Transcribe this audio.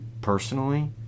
personally